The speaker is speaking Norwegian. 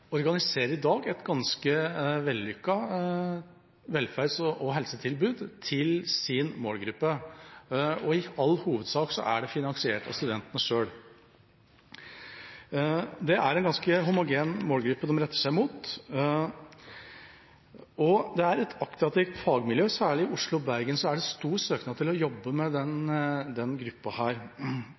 organiserer i dag et ganske vellykket velferds- og helsetilbud til sin målgruppe, og i all hovedsak er det finansiert av studentene selv. Det er en ganske homogen målgruppe de retter seg mot, og det er et attraktivt fagmiljø. Særlig i Oslo og Bergen er det stor søknad til å jobbe med denne gruppa.